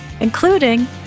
including